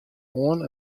oan